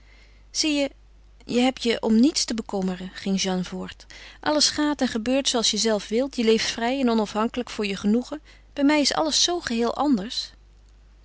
zie je je hebt je om niets te bekommeren ging jeanne voort alles gaat en gebeurt zooals je zelf wilt je leeft vrij en onafhankelijk voor je genoegen bij mij is alles zoo geheel anders